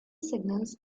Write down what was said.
signals